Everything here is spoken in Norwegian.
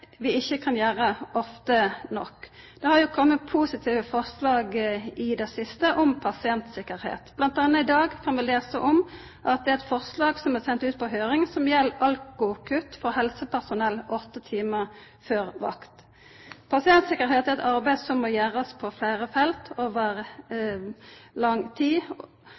vi ikkje kan gjera ofte nok. No har det komme positive forslag i det siste om pasientsikkerheit. Blant anna i dag kan vi lesa om eit forslag som er sendt ut på høyring som gjeld alkokutt for helsepersonell åtte timar før dei skal på vakt. Pasientsikkerheit er eit arbeid som må gjerast på fleire felt over lang tid.